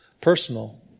personal